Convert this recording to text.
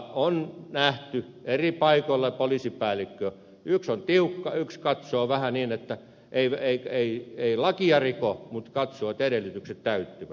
on nähty että eri paikoilla yksi poliisipäällikkö on tiukka yksi katsoo vähän niin että ei lakia riko mutta katsoo että edellytykset täyttyvät